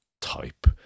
type